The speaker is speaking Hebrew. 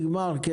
כן.